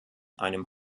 einem